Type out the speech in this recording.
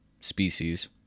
species